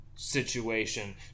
situation